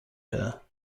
her